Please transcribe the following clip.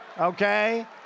Okay